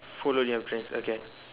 follow your dreams okay